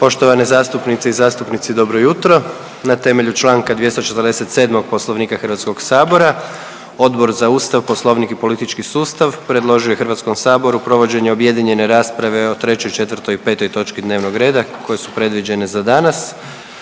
Poštovane zastupnice i zastupnici, dobro jutro. Na temelju čl. 247. Poslovnika HS-a Odbor za Ustav, Poslovnik i politički sustav predložio je HS-u provođenje objedinjene rasprave o 3., 4. i 5. točki dnevnog reda koje su predviđene za danas.